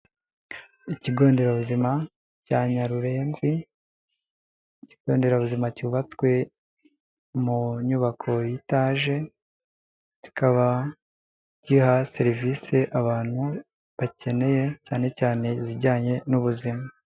Ikigo nderabuzima cya Nyarurenzi, ikigo nderabuzima cyubatswe mu nyubako ya etaje, kikaba giha serivisi abantu bakeneye cyane cyane izijyanye n'ubuzima.